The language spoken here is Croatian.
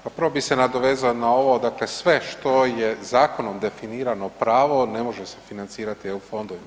Pa prvo bih se nadovezao na ovo, dakle sve što je zakonom definirano pravo ne može se financirati eu fondovima.